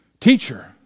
Teacher